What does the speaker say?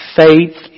faith